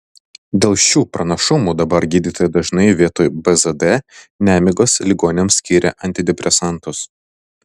dėl šių pranašumų dabar gydytojai dažnai vietoj bzd nemigos ligoniams skiria antidepresantus